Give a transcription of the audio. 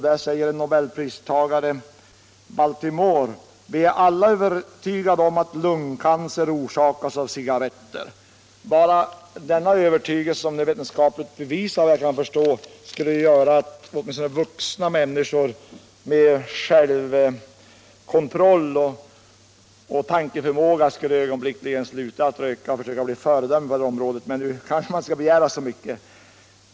Där säger en nobelpristagare, medicinpristagaren Baltimore: ”Vi är alla övertygade om att lungcancer orsakas av cigarretter.” Bara denna övertygelse, som såvitt jag kan förstå väl är vetenskapligt bevisad, borde göra att åtminstone vuxna människor med självkontroll och tankeför måga ögonblickligen skulle sluta röka och i stället försöka bli goda föredömen på det området. Men man kanske inte bör begära så mycket.